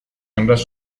hembras